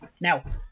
now